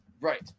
Right